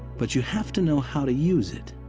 but you have to know how to use it.